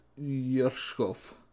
Yershkov